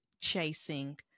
chasing